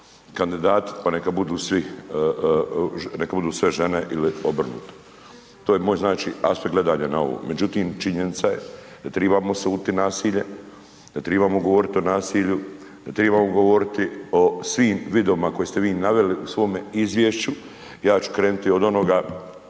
budu svi, neka budu sve žene ili obrnuto, to je moj znači aspekt gledanja na ovo. Međutim, činjenica je da tribamo se …/Govornik se ne razumije/… nasilje, da tribamo govorit o nasilju, da tribamo govoriti o svim vidovima koje ste vi naveli u svome izvješću, ja ću krenuti od onoga